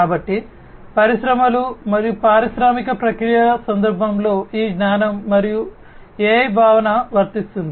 కాబట్టి పరిశ్రమలు మరియు పారిశ్రామిక ప్రక్రియల సందర్భంలో ఈ జ్ఞానం మరియు AI భావన వర్తిస్తుంది